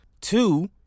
Two